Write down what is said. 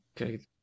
okay